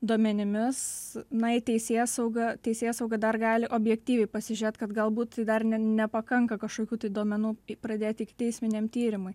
duomenimis na į teisėsaugą teisėsauga dar gali objektyviai pasižiūrėt kad galbūt dar nepakanka kažkokių tai duomenų pradėti ikiteisminiam tyrimui